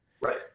Right